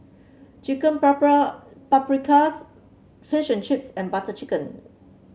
Chicken Paprikas Fish and Chips and Butter Chicken